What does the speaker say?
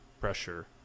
pressure